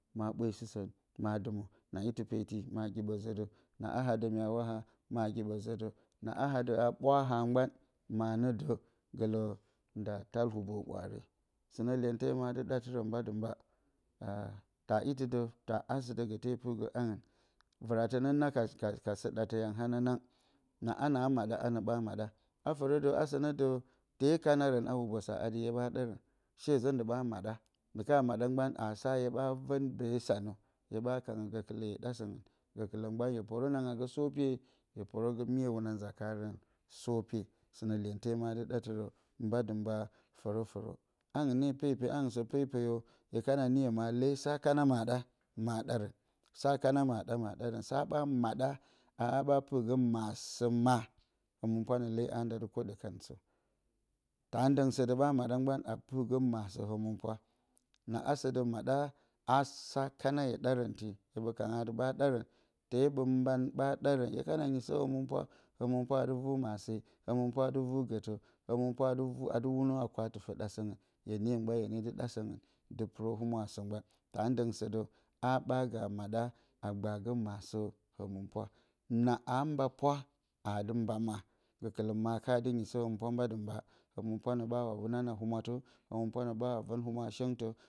Ma ɓwee sɨsǝn, ma dɨmǝ. Na itɨ peeti, ma giɓǝ zǝ dǝ. na a haa dǝ mya waha, ma giɓǝ zǝ dǝ. Na a haa dǝ a ɓwaha, mgban, ma nǝ dǝ. Gǝlǝ, nda tal hubo ɓwaare. Sɨnǝ lyente ma dɨ ɗa tɨrǝ mba-dɨ-mba. aa taa iti de, taa asǝ dǝ gǝte pɨrgǝ angɨn. Vɨratǝ nǝ na ka sǝ ɗatǝ yang ananang. Na anǝ aa maɗa, anǝ ɓa maɗa. A fǝrǝ dǝ asǝ ǝ dǝ, tee kana rǝn a hubosa a dɨ hye ɓa ɗarǝn. shezǝ ni ɓa maɗa, ndi ka maɗa mgban, aa sa hye ɓa vǝn beesa nǝ. Hye ɓa kanǝ gǝkɨlǝ hye ɗa sǝngǝ. Gǝkɨlǝ mgban hye poro nanga gǝ soopye, hye poro gǝ mye hwuna nza karǝn soopye. Sɨnǝ lyente ma dɨ ɗa tɨrǝ mba-dɨ-mba fǝrǝ-fǝrǝ. angɨn ne pepe, angɨn sǝ pepeyo. Hye kana niyo ma lee sa kana ma a ɗa, ma ɗarǝn. Sa kana ma a ɗa, ma a ɗarǝn. Sa ɓa maɗa a a ɓa pɨrgǝ maasǝ ma, hǝmɨnpwa nǝ lee haa nda dɨ kwoɗǝ kan sǝ. Taa ndǝng sǝ dǝ ɓa maɗa mgban a pɨrgǝ maasǝ hǝmɨnpwa. Na asǝ dǝ maɗa a sa kana hye ɗarǝn, hye ɓǝ kanǝ a dɨ hya ɗarǝn, tee ɓǝ mgban ɓa ɗarǝn, hye kana nyisǝ hǝmɨnpwa, hǝmɨnpwa a dɨ vu maase, hǝmɨnpwa a dɨ vu gǝttǝ, hǝmɨnpwa a dɨ a dɨ wunǝw kwa-tɨfǝ ɗa sǝngɨn. Hye niyo mgban hye ne dɨ ɗa sǝngɨn, dɨ pɨrǝ humwa sǝ mgban. Taa ndǝng sǝ dǝ a ɓa ga maɗa a ɓa gbaagǝ maasǝ hǝmɨnpwa. Na aa mba pwa, aa dɨ mba ma. Gǝkɨlǝ ma ka dɨ nyisǝ hǝmɨnpwa mba-dɨ-mba, hǝmɨnpwa nǝ ɓa wa wunan a humwatǝ. Hǝmɨnpwa nǝ ɓa wa vǝn humwa shengtǝ.